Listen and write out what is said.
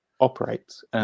operates